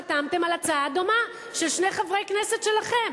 חתמתם על הצעה דומה של שני חברי כנסת שלכם: